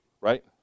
Right